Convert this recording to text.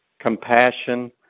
compassion